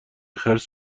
خرس